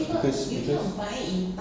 because because